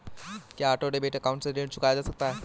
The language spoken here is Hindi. क्या ऑटो डेबिट अकाउंट से ऋण चुकाया जा सकता है?